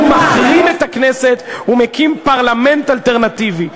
שהוא מחרים את הכנסת ומקים פרלמנט אלטרנטיבי.